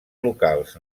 locals